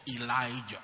Elijah